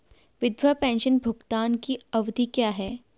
विधवा पेंशन भुगतान की अवधि क्या है?